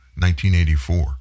1984